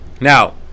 Now